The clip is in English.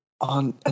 On